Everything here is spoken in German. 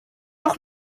doch